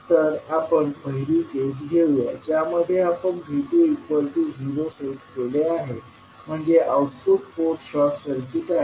तर आपण पहिली केस घेऊया ज्यामधे आपण V20 सेट केले आहे म्हणजे आउटपुट पोर्ट शॉर्ट सर्किट आहे